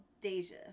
Deja